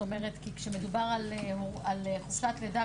כי כשמדובר על חופשת לידה,